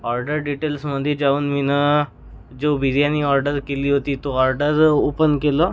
order डिटेल्समधे जाऊन मी जो बिर्याणी ऑर्डर केली होती तो ऑर्डर ओपन केलं